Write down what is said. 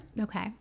Okay